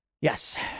Yes